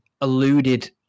alluded